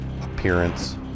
appearance